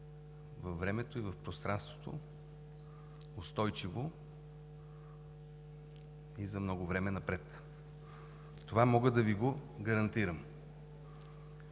във времето или в пространството устойчиво и за много време напред. Това мога да Ви го гарантирам.